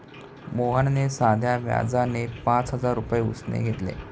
मोहनने साध्या व्याजाने पाच हजार रुपये उसने घेतले